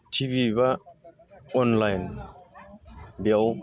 TV बा online बेयाव